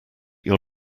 your